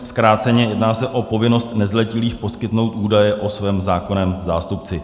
Zkráceně, jedná se o povinnost nezletilých poskytnout údaje o svém zákonném zástupci.